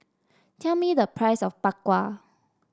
tell me the price of Bak Kwa